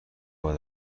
بار